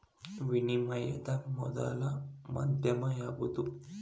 ವಿನಿಮಯದ ಮೊದಲ ಮಾಧ್ಯಮ ಯಾವ್ದು